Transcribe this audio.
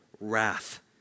wrath